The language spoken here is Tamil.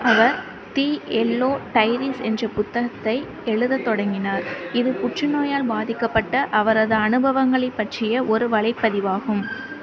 அவர் தி யெல்லோ டைரீஸ் என்ற புத்தகத்தை எழுதத் தொடங்கினார் இது புற்றுநோயால் பாதிக்கப்பட்ட அவரது அனுபவங்களைப் பற்றிய ஒரு வலைப்பதிவாகும்